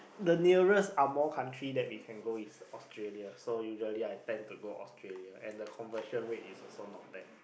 the nearest among country that we can go is Australia so usually I plan to go Australia and the conversion rate is also not bad